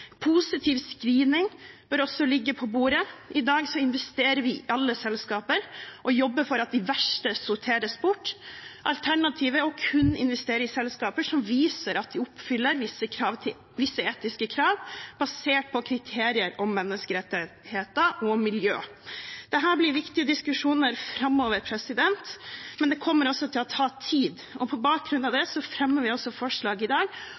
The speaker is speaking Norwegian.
Positiv screening bør også ligge på bordet – i dag investerer vi i alle selskaper – og det å jobbe for at de verste sorteres bort. Alternativet er kun å investere i selskaper som viser at de oppfyller visse etiske krav basert på kriterier om menneskerettigheter og miljø. Dette blir viktige diskusjoner framover, men det kommer også til å ta tid. På bakgrunn av det fremmer vi i dag